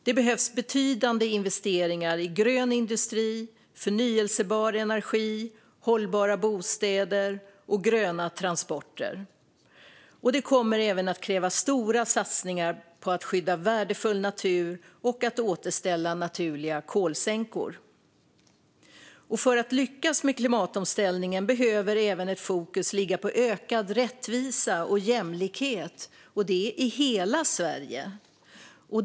Det behövs betydande investeringar i grön industri, förnybar energi, hållbara bostäder och gröna transporter. Det kommer även att krävas stora satsningar på att skydda värdefull natur och återställa naturliga kolsänkor. För att lyckas med klimatomställningen behöver även fokus ligga på ökad rättvisa och jämlikhet i hela Sverige.